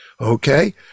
okay